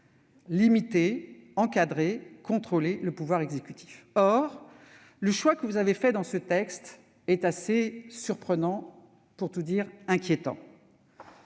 limiter, encadrer, contrôler le pouvoir exécutif. Or le choix que vous avez fait aujourd'hui est assez surprenant, sinon inquiétant